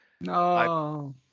no